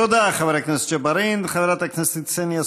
תודה, חבר הכנסת ג'בארין.